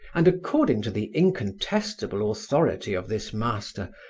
and, according to the incontestable authority of this master,